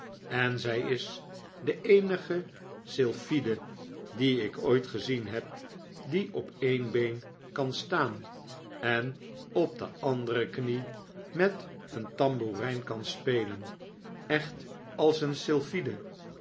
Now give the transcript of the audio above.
en zij is de eenige sylphide die ik ooit gezien heb die op een been kan staan en op de andere knie met een tarnboerijn kan spelen echt als een